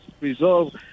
resolve